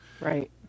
Right